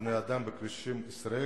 בני-אדם בכבישי ישראל,